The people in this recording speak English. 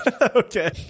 Okay